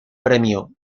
premio